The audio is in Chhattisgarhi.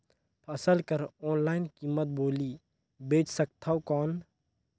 फसल कर ऑनलाइन कीमत बोली बेच सकथव कौन?